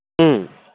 ꯎꯝ